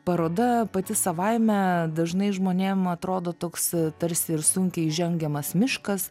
paroda pati savaime dažnai žmonėm atrodo toks tarsi ir sunkiai įžengiamas miškas